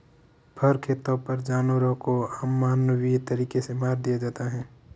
फर खेतों पर जानवरों को अमानवीय तरीकों से मार दिया जाता है